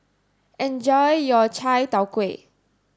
enjoy your Chai Tow Kuay